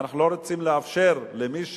ואנחנו לא רוצים לאפשר למי,